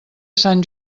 sant